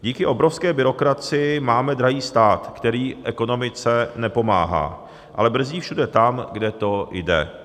Díky obrovské byrokracii máme drahý stát, který ekonomice nepomáhá, ale brzdí všude tam, kde to jde.